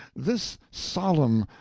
this solemn,